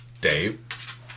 Dave